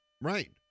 Right